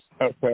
Okay